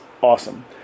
awesome